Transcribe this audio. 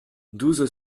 douze